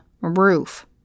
roof